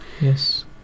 Yes